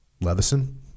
Levison